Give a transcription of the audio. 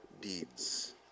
deeds